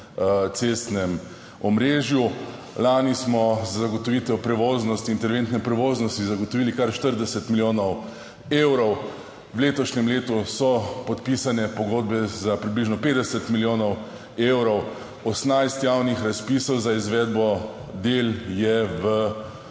cestnem omrežju. Lani smo za zagotovitev prevoznosti, interventne prevoznosti zagotovili kar 40 milijonov evrov, v letošnjem letu so podpisane pogodbe za približno 50 milijonov evrov, 18 javnih razpisov za izvedbo del je v